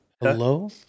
Hello